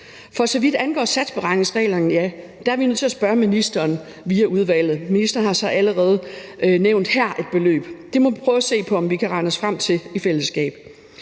For så vidt angår satsberegningsreglerne, er vi nødt til at spørge ministeren via udvalget, og ministeren har så her allerede nævnt et beløb. Det må vi prøve at se om på om vi kan regne os frem til i fællesskab.